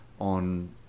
on